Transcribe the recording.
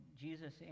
Jesus